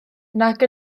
nag